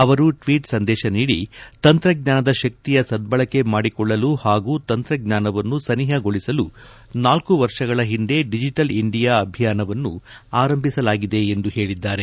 ಅವರು ಟ್ವೀಟ್ ಸಂದೇಶ ನೀಡಿ ತಂತ್ರಜ್ಞಾನದ ಶಕ್ತಿಯ ಸದ್ದಳಕೆ ಮಾಡಿಕೊಳ್ಳಲು ಹಾಗೂ ತಂತ್ರಜ್ಞಾನವನ್ನು ಸನಿಹಗೊಳಿಸಲು ನಾಲ್ಕು ವರ್ಷಗಳ ಹಿಂದೆ ಡಿಜೆಟಲ್ ಇಂಡಿಯಾ ಅಭಿಯಾನವನ್ನು ಆರಂಭಿಸಲಾಗಿದೆ ಎಂದು ಹೇಳಿದ್ದಾರೆ